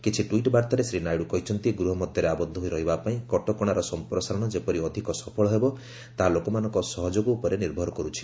କିଛି ଟ୍ୱିଟ୍ ବାର୍ଭାରେ ଶ୍ରୀ ନାଇଡୁ କହିଛନ୍ତି ଗୃହ ମଧ୍ୟରେ ଆବଦ୍ଧ ହୋଇ ରହିବାପାଇଁ କଟକଣାର ସମ୍ପ୍ରସାରଣ ଯେପରି ଅଧିକ ସଫଳ ହେବ ତାହା ଲୋକମାନଙ୍କ ସହଯୋଗ ଉପରେ ନିର୍ଭର କରୁଛି